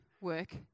Work